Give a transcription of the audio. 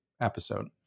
episode